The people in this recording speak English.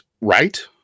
Right